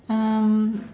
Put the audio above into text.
um